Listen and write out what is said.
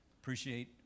appreciate